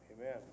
Amen